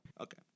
okay